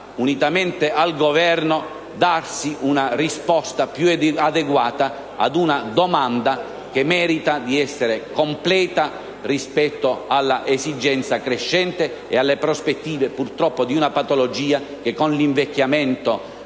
unitamente al Governo, una risposta più adeguata ad una domanda che merita di essere completa rispetto all'esigenza crescente e alle prospettive di una patologia la cui incidenza,